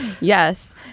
Yes